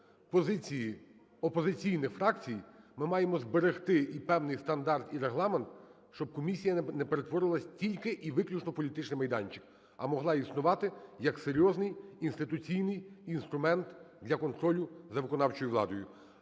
позиції опозиційних фракцій, ми маємо зберегти і певний стандарт, і Регламент, щоб комісія не перетворювалась тільки і виключно в політичний майданчик, а могла існувати як серйозний інституційний інструмент для контролю за виконавчою владою.